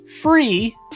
free